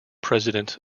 president